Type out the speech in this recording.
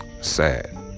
Sad